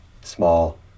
small